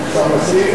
השר מסכים?